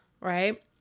right